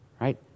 right